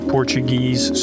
Portuguese